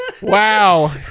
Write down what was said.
wow